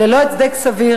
ללא הצדק סביר,